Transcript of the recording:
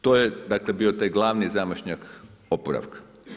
To je, dakle bio taj glavni zamašnjak oporavka.